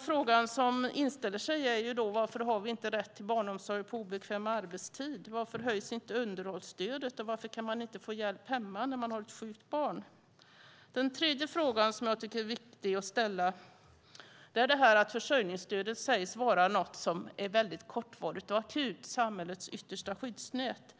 Frågan som inställer sig är då: Varför har vi inte rätt till barnomsorg på obekväm arbetstid? Varför höjs inte underhållsstödet? Varför kan man inte få hjälp hemma när man har ett sjukt barn? Den tredje frågan jag tycker är viktig att ställa gäller detta med att försörjningsstödet sägs vara något som är väldigt kortvarigt och akut - samhällets yttersta skyddsnät.